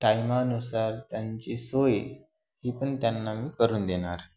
टाईमानुसार त्यांची सोय ही पण त्यांना मी करून देणार